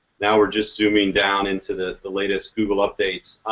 now we're just zooming down into the the latest google updates,